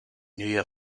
neue